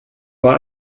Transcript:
bei